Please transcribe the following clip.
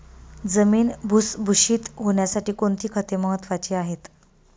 जमीन भुसभुशीत होण्यासाठी कोणती खते महत्वाची आहेत?